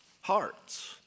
hearts